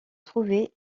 trouvées